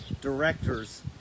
directors